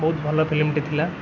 ବହୁତ ଭଲ ଫିଲିମଟେ ଥିଲା